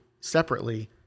separately